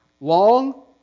long